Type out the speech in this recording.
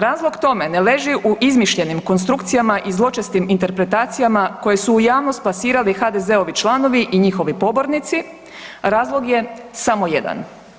Razlog tome ne leži u izmišljenim konstrukcijama i zločestim interpretacijama koje su u javnost plasirali HDZ-ovi članovi i njihovi pobornici, razlog je samo jedan.